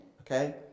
okay